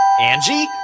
Angie